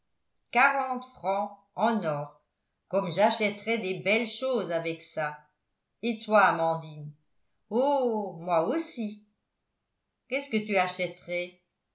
quarante francs en or comme j'achèterais des belles choses avec ça et toi amandine oh moi aussi qu'est-ce que tu achèterais